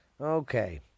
Okay